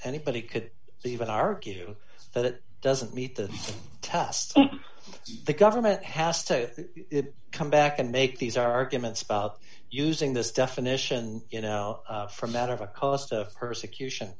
anybody could even argue that it doesn't meet the test the government has to come back and make these arguments about using this definition you know for a matter of a cost of persecution